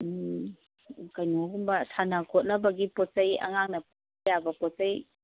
ꯀꯩꯅꯣꯒꯨꯝꯕ ꯁꯥꯟꯅ ꯈꯣꯠꯅꯕꯒꯤ ꯄꯣꯠ ꯆꯩ ꯑꯉꯥꯡꯅ ꯄꯥꯏꯕ ꯌꯥꯕ ꯄꯣꯠꯆꯩ